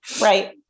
Right